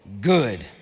good